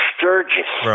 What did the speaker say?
Sturgis